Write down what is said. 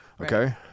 okay